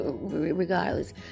regardless